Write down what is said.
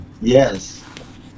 yes